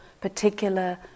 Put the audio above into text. particular